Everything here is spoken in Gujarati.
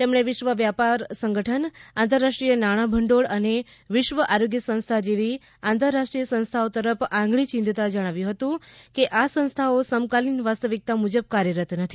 તેમણે વિશ્વ વ્યાપાર સંગઠન આંતરરાષ્ટ્રીય નાણાભંડોળ અને વિશ્વ આરોગ્ય સંસ્થા જેવી આંતરરાષ્ટ્રીય સંસ્થાઓ તરફ આંગળી ચીંધતા જણાવ્યું કે આ સંસ્થાઓ સમકાલીન વાસ્તવિકતા મુજબ કાર્યરત નથી